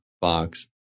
box